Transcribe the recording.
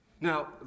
Now